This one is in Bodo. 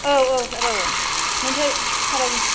औ औ सार औ ओमफाय सारा